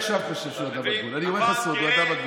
חבר הכנסת אמסלם.